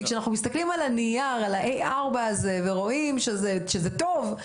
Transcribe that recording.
כי כשאנחנו מסתכלים על הנייר 4A הזה ורואים שזה טוב,